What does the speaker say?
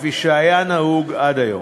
כפי שהיה נהוג עד היום,